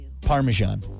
Parmesan